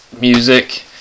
music